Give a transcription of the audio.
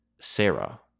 Sarah